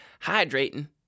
hydrating